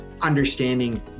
understanding